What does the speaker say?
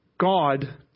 God